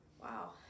Wow